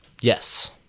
Yes